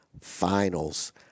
finals